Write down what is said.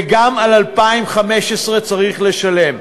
וגם על 2015 צריך לשלם.